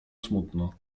smutno